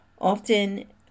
Often